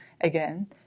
Again